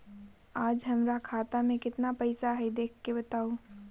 आज हमरा खाता में केतना पैसा हई देख के बताउ?